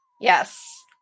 Yes